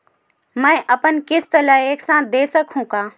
मै अपन किस्त ल एक साथ दे सकत हु का?